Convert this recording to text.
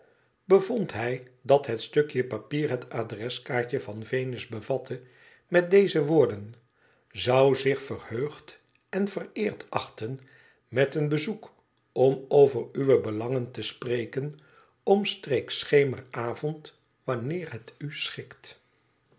bevond hij dat het stukje papier het adreskaartje van venus bevatte met deze woorden zou zich verheugd en vereerd achten met een bezoek om over uwe belangen te spreken omstreeks schemeravond wanneer het u schikt